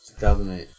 2008